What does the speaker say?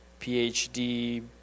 PhD